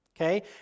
okay